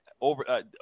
over